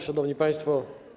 Szanowni Państwo!